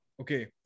Okay